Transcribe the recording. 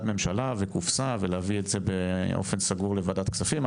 ממשלה וקופסה ולהביא את זה באופן סגור לוועדת הכספים.